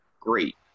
great